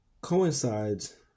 coincides